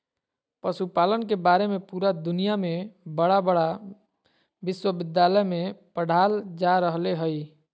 पशुपालन के बारे में पुरा दुनया में बड़ा बड़ा विश्विद्यालय में पढ़ाल जा रहले हइ